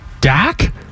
Dak